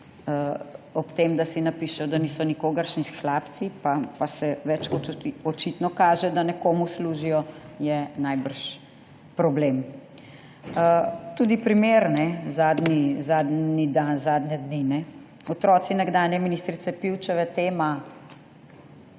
ob tem, da si napišejo, da niso nikogaršnji hlapci, pa se več kot očitno kaže, da nekomu služijo, je najbrž problem. Tudi primer zadnje dni. Otroci nekdanje ministrice Pivčeve tema,